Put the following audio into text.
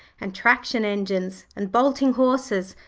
and traction engines, and bolting horses,